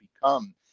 become